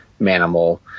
Manimal